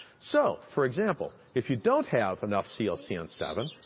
so for example, if you don't have enough c l c n seven,